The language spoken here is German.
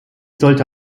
sollte